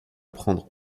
prendre